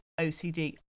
OCD